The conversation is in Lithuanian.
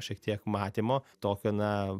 šiek tiek matymo tokio na